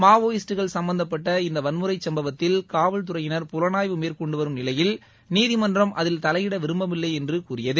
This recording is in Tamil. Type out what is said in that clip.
மாவோயிஸ்ட்டுகள் சம்பந்தப்பட்ட இந்த வன்முறை சும்பவத்தில் காவல்துறையினர் புலனாய்வு மேற்கொண்டு வரும் நிலையில் நீதிமன்றம் அதில் தலையிட விரும்பவில்லை என்று கூறியது